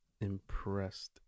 impressed